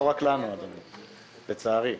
לא רק לנו, אדוני, לצערי.